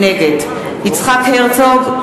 נגד יצחק הרצוג,